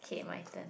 okay my turn